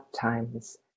times